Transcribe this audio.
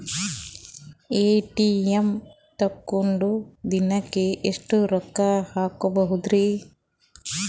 ATM ತಗೊಂಡ್ ದಿನಕ್ಕೆ ಎಷ್ಟ್ ರೊಕ್ಕ ಹಾಕ್ಬೊದ್ರಿ?